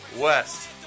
west